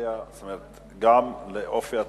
זאת אומרת גם לאופי התרגיל,